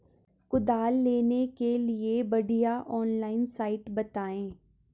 कुदाल लेने के लिए बढ़िया ऑनलाइन साइट बतायें?